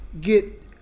get